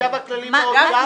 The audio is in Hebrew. החשב הכללי באוצר?